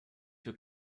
für